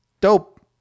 Dope